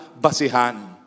basihan